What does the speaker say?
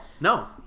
No